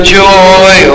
joy